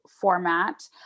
format